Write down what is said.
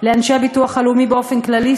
לאנשי הביטוח הלאומי באופן כללי,